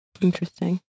Interesting